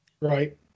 Right